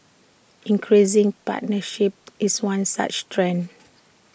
increasing partisanship is one such trend